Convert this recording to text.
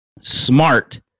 Smart